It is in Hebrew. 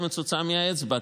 נראית ממש מצוצה מהאצבע.